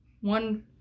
one